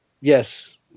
Yes